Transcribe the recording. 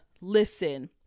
listen